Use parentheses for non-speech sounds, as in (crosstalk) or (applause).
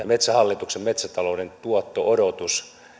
(unintelligible) metsähallituksen metsätalouden tuotto odotus